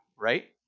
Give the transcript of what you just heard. Right